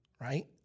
right